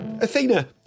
Athena